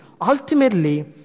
ultimately